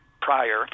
prior